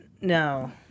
No